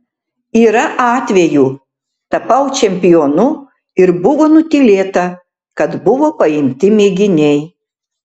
yra atvejų tapau čempionu ir buvo nutylėta kad buvo paimti mėginiai